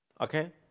okay